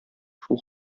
шул